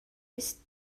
ist